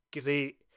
great